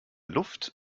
luft